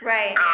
Right